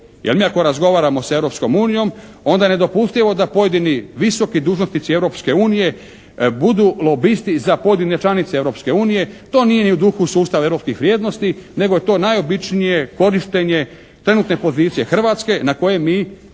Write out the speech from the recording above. Jer mi ako razgovaramo s Europskom unijom onda je nedopustivo da pojedini visoki dužnici Europske unije budu lobisti za pojedine članice Europske unije. To nije ni u duhu sustava europskih vrijednosti nego je to najobičnije korištenje trenutne pozicije Hrvatske na koje mi